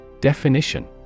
Definition